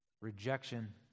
Rejection